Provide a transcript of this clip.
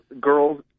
girls